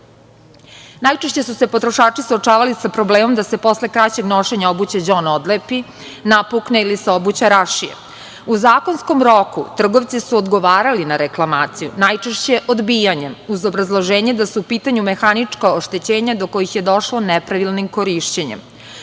Najčešće su se potrošači suočavali sa problemom da se posle kraćeg nošenja obuće đon odlepi, napukne ili se obuća rašije. U zakonskom roku trgovci su odgovarali na reklamaciju, najčešće odbijanjem, uz obrazloženje da su u pitanju mehanička oštećenja do kojih je došlo nepravilnim korišćenjem.U